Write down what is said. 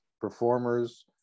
performers